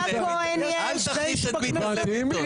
אל תכניס את ביטן לביטון.